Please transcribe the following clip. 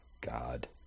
God